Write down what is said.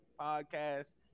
podcast